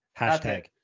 Hashtag